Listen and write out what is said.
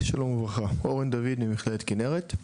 שלום וברכה, אורן דוד ממכללת כנרת,